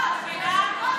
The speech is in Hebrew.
עכשיו כל האולם.